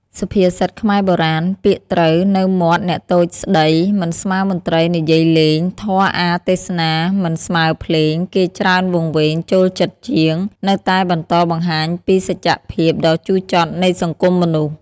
សុភាសិតខ្មែរបុរាណ "ពាក្យត្រូវនៅមាត់អ្នកតូចស្តី មិនស្មើមន្ត្រី និយាយលេង ធម៌អាថ៌ទេសនា មិនស្មើភ្លេង គេច្រើនវង្វេង ចូលចិត្តជាង"នៅតែបន្តបង្ហាញពីសច្ចភាពដ៏ជូរចត់នៃសង្គមមនុស្ស។